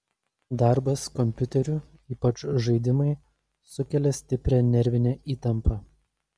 darbas kompiuteriu ypač žaidimai sukelia stiprią nervinę įtampą